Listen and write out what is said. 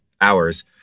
hours